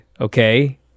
okay